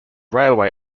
railway